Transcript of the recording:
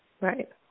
Right